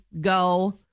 go